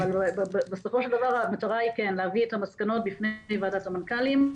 בסופו של דבר המטרה היא להביא את המסקנות בפני ועדת המנכ"לים,